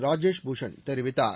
ராஜேஷ் பூஷன் தெரிவித்தார்